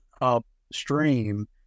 upstream